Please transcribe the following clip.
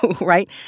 right